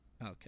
Okay